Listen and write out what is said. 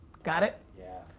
got it? yeah,